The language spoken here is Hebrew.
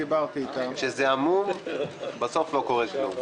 כשזה עמום בסוף לא קורה כלום.